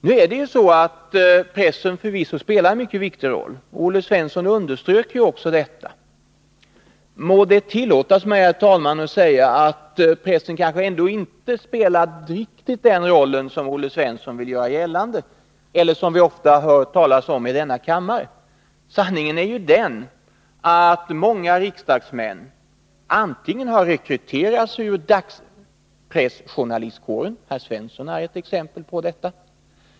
Nu är det så att pressen förvisso spelar en mycket viktig roll, och Olle Svensson underströk också detta. Må det tillåtas mig, herr talman, att säga att pressen kanske ändå inte spelar riktigt den roll som Olle Svensson vill göra gällande att den spelar eller som vi ofta hör talas om i denna kammare. Sanningen är ju den att många riksdagsmän har rekryterats ur dagspressjournalistkåren — herr Svensson är ett exempel på detta.